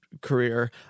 career